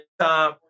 time